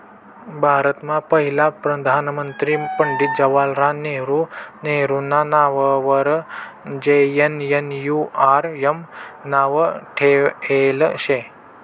भारतमा पहिला प्रधानमंत्री पंडित जवाहरलाल नेहरू नेहरूना नाववर जे.एन.एन.यू.आर.एम नाव ठेयेल शे